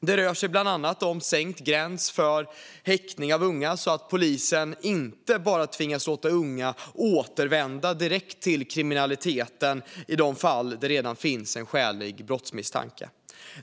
Det rör sig bland annat om sänkt gräns för häktning av unga, så att polisen inte tvingas låta unga återvända direkt till kriminaliteten i de fall det redan finns en skälig brottsmisstanke.